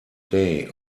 day